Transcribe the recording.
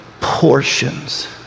portions